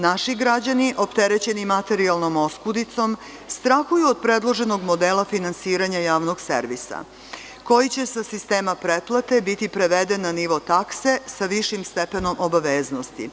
Naši građani, opterećeni materijalnom oskudicom, strahuju od predloženog modela finansiranja javnog servisa koji će sa sistema pretplate biti preveden na nivo takse sa višim stepenom obaveznosti.